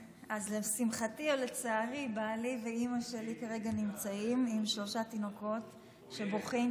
לשמחתי או לצערי בעלי ואימא שלי כרגע נמצאים עם שלושה תינוקות שבוכים,